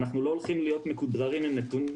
אנחנו לא הולכים להיות מכודררים עם נתונים.